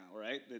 right